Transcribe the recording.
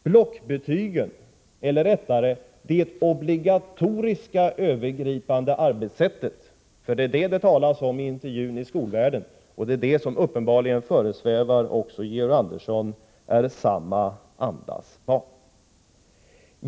Blockbetygen, eller rättare det obligatoriska övergripande arbetssättet — det är nämligen detta det talas om i intervjun i Skolvärlden, och det är uppenbarligen detta som föresvävar Georg Andersson — är samma andas barn.